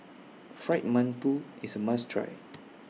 Fried mantou IS A must Try